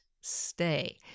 stay